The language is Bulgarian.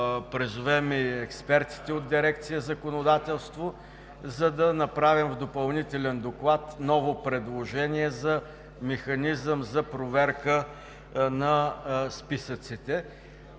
призовем и експертите от дирекция „Законодателство“, за да направим в допълнителен доклад ново предложение за механизъм за проверка на списъците.